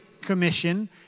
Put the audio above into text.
commission